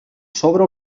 sobre